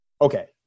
okay